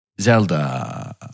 Zelda